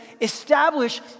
establish